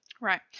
Right